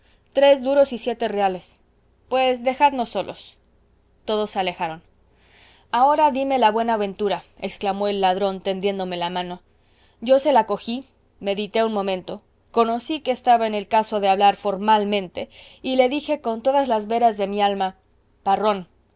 tres duros y siete reales pues dejadnos solos todos se alejaron ahora dime la buenaventura exclamó el ladrón tendiéndome la mano yo se la cogí medité un momento conocí que estaba en el caso de hablar formalmente y le dije con todas las veras de mi alma parrón